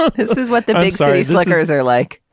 ah this is what the big stories like hers are like.